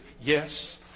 yes